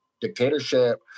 dictatorship